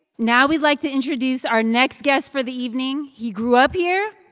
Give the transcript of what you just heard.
now we'd like to introduce our next guest for the evening. he grew up here.